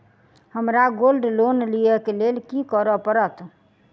हमरा gold loan लिय केँ लेल की करऽ पड़त?